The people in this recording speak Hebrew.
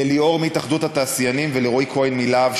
לליאור מהתאחדות התעשיינים ולרועי כהן מ"להב",